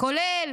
כולל